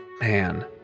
Man